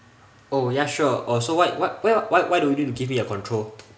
oh ya sure oh so what what where why do you need to give me your control